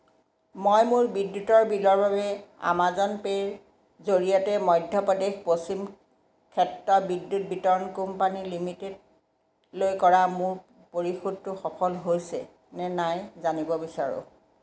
মই মোৰ বিদ্যুতৰ বিলৰ বাবে আমাজন পে'ৰ জৰিয়তে মধ্যপ্ৰদেশ পশ্চিম ক্ষেত্ৰ বিদ্যুৎ বিতৰণ কোম্পানী লিমিটেডলৈ কৰা মোৰ পৰিশোধটো সফল হৈছেনে নাই জানিব বিচাৰোঁ